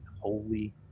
holy